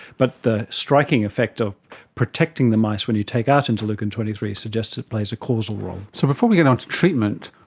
but the striking effect of protecting the mice when you take out interleukin twenty three suggests it plays a causal role. so before we get onto treatment,